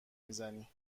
میزنی